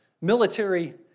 military